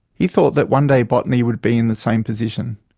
he thought that one day botany would be in the same position.